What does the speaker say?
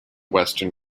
western